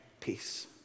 peace